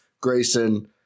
Grayson